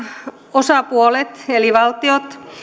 osapuolet eli valtiot